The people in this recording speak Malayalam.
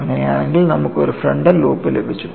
അങ്ങനെയാണെങ്കിൽ നമുക്ക് ഒരു ഫ്രണ്ടൽ ലൂപ്പ് ലഭിച്ചു